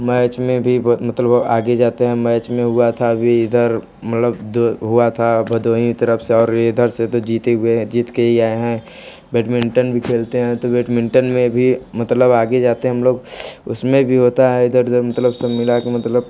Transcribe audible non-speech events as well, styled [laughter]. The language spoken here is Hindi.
मैच में भी बहुत मतलब आगे जाते है मैच में हुआ था अभी इधर मतलब [unintelligible] हुआ था भदोही तरफ से और इधर से तो जीते हुए हैं जीत के ही आएँ हैं बैटमिंटन भी खेलते हैं तो बैटमिंटन में भी मतलब आगे जाते हैं हम लोग उसमें भी होता है इधर उधर मतलब सब मिला के मतलब